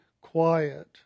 quiet